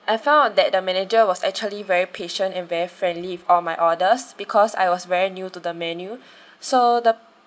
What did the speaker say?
I found out that the manager was actually very patient and very friendly with all my orders because I was very new to the menu so the